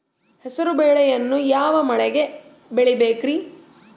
ಹೆಸರುಬೇಳೆಯನ್ನು ಯಾವ ಮಳೆಗೆ ಬೆಳಿಬೇಕ್ರಿ?